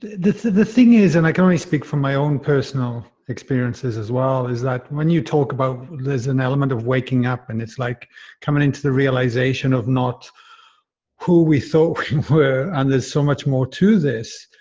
the thing is, and i can only speak from my own personal experiences as well, is that when you talk about there's an element of waking up and it's like coming into the realization of not who we thought were and there's so much more to this,